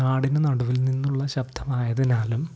കാടിനു നടുവിൽ നിന്നുള്ള ശബ്ദമായതിനാലും